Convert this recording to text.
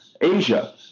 Asia